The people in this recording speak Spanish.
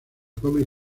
come